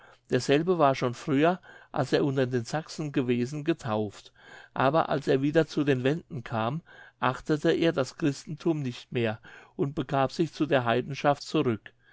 derselbe war schon früher als er unter den sachsen gewesen getauft aber als er wieder zu den wenden kam achtete er das christentum nicht mehr und begab sich zu der heidenschaft zurück